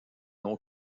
ont